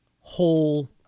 whole